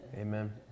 Amen